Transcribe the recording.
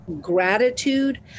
gratitude